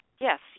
Yes